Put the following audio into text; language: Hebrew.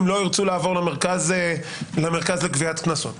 לא ירצו לעבור למרכז לגביית קנסות,